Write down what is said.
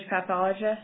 pathologist